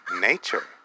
nature